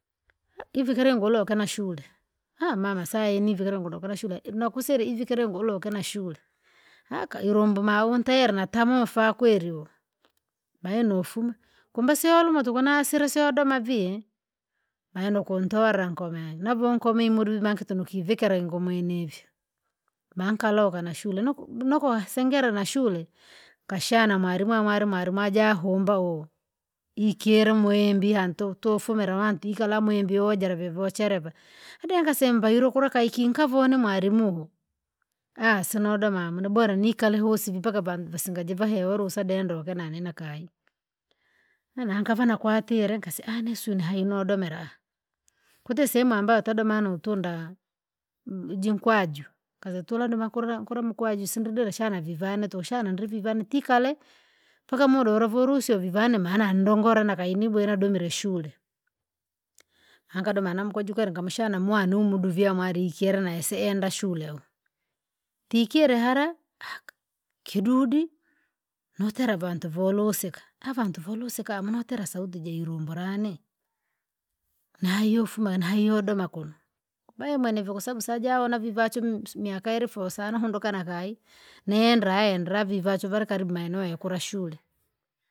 Ivi kiri nguloke nashule, mama saa hii nivikire ngoo kulokera shure i- nakusera ivikire ngoo uloke na shule, aka ilumbu mauntera natamafaa kweri ulu, bae nofuma, kumbe siolumo tuku na silasio odoma vii, mayuno ukuntora nkomee navo nkome imuri make ntonikivikira ingoo mwenevi. Maa nkaloka nashule nuku nokoa singera na shule, ukashana mwari mwa- mwari mwa- mwajahumba huu, ikyere mwembiha ntu tufumira wantikara mwimbii wojera vivo chereva, adie ankasemba ilo kula kaikinkavo nimwalimuhu, sinodoma hamuna bora nikale huusi vii mpaka van- vasinga jivahewa ulusa dendra loke nane nakayi. Nana nkava nakwatile nkasi anisuna hayi nodomera, kuti sehemu ambayo twadoma nutunda! M- jinkwaju kaanza tula dima kulila nkula mukwaju sindridile shana vivane tushane ndivivane tikale. Mpaka muda uluvoruhusio vivane maana ndongole na kayi nibwe nadomire shure. Ankadoma na na mkujukela nkamushana mwa numudu vya mwalikyera nasienda shule uhu, tikyele hara? kidudi! Nutera vantu volusika, avantu volusika? Munotera sauti jairumbura rane, naiyofuma naiyodoma kuno, kabayo maana nivo kasabu sajaona vivacho m- ms- miaka ilifoo sana hunduka na kayi, nendra eehe ndra vivachu varikaribu maeneo ya kura shule.